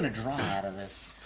to draw it out of this?